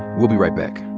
we'll be right back.